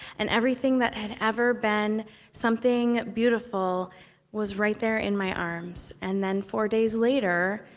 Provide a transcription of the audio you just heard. and everything that had ever been something beautiful was right there in my arms. and then four days later,